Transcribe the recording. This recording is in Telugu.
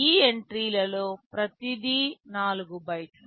ఈ ఎంట్రీలలో ప్రతిదీ 4 బైట్లు